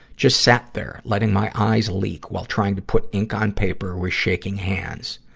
just sat there, letting my eyes leak while trying to put ink on paper with shaking hands.